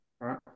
right